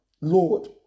Lord